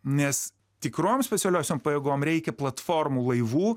nes tikrom specialiosiom pajėgom reikia platformų laivų